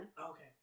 Okay